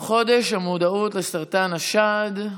בנושא: חודש המודעות לסרטן השד,